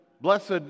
blessed